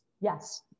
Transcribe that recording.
Yes